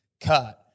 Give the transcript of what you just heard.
cut